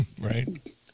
Right